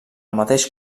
mateix